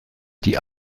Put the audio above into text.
die